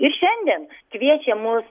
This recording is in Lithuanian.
ir šiandien kviečia mus